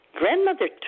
Grandmother